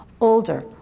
older